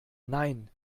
nein